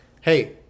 Hey